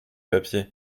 papiers